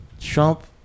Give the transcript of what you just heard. Trump